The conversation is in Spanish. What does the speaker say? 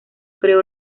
creó